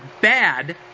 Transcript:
bad